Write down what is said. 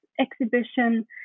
exhibition